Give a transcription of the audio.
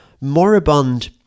moribund